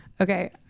Okay